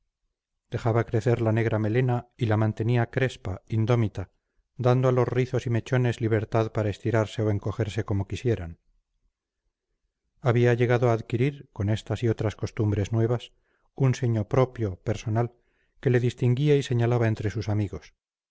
dejaba crecer la negra melena y la mantenía crespa indómita dando a los rizos y mechones libertad para estirarse o encogerse como quisieran había llegado a adquirir con estas y otras costumbres nuevas un sello propio personal que le distinguía y señalaba entre sus amigos